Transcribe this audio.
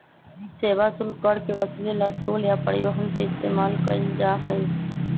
सेवा शुल्क कर के वसूले ला टोल या परिवहन के इस्तेमाल कइल जाहई